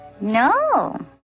No